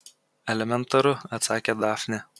elementaru atsakė dafnė